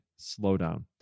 slowdown